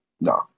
no